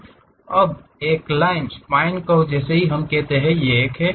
अब एक line spine curve है जिसे हम कहते हैं कि यह एक है